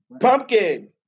Pumpkin